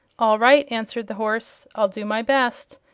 all right, answered the horse i'll do my best.